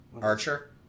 Archer